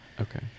Okay